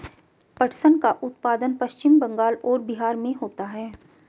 पटसन का उत्पादन पश्चिम बंगाल और बिहार में होता है